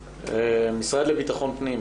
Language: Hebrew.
המשרד לביטחון פנים